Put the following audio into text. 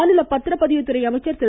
மாநில பத்திரபதிவு துறை அமைச்சர் திரு